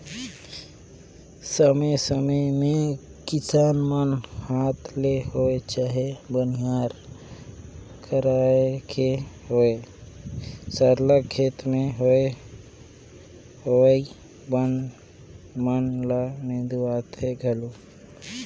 समे समे में किसान मन हांथ ले होए चहे बनिहार कइर के होए सरलग खेत में होवइया बन मन ल निंदवाथें घलो